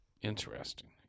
Interesting